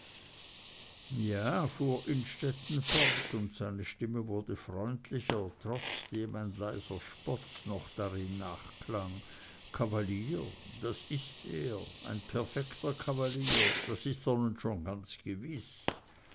ja fuhr innstetten fort und seine stimme wurde freundlicher trotzdem ein leiser spott noch darin nachklang kavalier das ist er und ein perfekter kavalier das ist er nun schon ganz gewiß